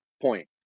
point